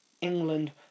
England